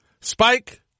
Spike